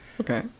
Okay